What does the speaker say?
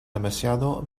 demasiado